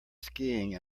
skiing